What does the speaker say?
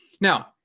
Now